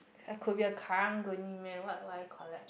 I could be a karung-guni man what would I collect